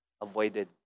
avoided